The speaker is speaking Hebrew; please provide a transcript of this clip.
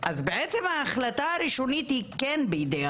בעצם ההחלטה הראשונית היא כן בידי